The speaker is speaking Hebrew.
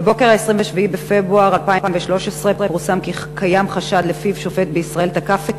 בבוקר 27 בפברואר 2013 פורסם כי קיים חשד שלפיו שופט בישראל תקף את